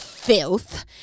filth